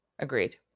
Agreed